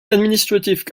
administrative